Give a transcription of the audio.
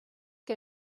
que